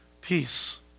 peace